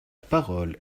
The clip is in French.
parole